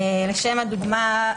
לשם הדוגמה,